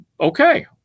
okay